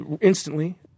instantly